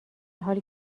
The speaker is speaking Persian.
حالی